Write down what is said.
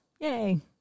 Yay